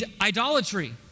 idolatry